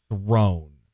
throne